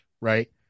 right